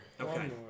Okay